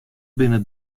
binne